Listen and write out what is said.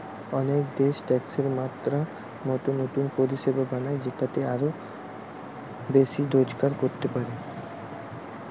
অনেক দেশ ট্যাক্সের মাত্রা মতো নতুন পরিষেবা বানায় যেটাতে তারা আরো বেশি রোজগার করতে পারে